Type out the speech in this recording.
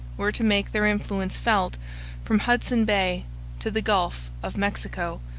were to make their influence felt from hudson bay to the gulf of mexico,